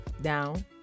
down